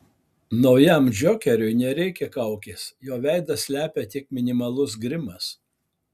naujam džokeriui nereikia kaukės jo veidą slepia tik minimalus grimas